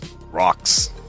rocks